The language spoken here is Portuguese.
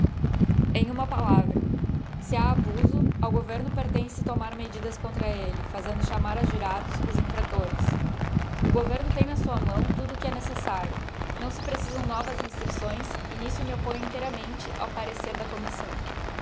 em uma palavra se ha abuso ao governo pertence tomar medidas contra elle fazendo chamar a jurados os infractores o governo tem na sua mão tudo que é necessário não se precisam novas restricções e nisso me opponho inteiramente ao parecer da commisbão